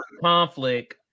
conflict